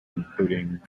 including